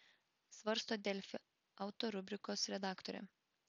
svarsto delfi auto rubrikos redaktorė